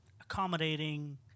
accommodating